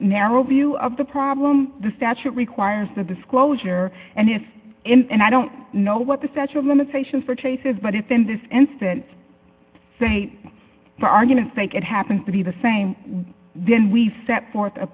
narrow view of the problem the statute requires the disclosure and if in and i don't know what the statute of limitations for traces but in this instance say for argument's sake it happened to be the same then we set forth a